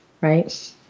right